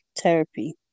therapy